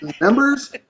members